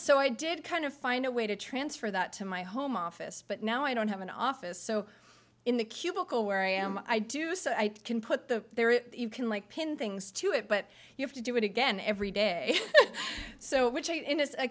so i did kind of find a way to transfer that to my home office but now i don't have an office so in the cubicle where i am i do so i can put the you can like pin things to it but you have to do it again every day so which i